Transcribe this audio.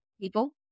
people